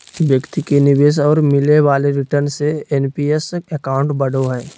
व्यक्ति के निवेश और मिले वाले रिटर्न से एन.पी.एस अकाउंट बढ़ो हइ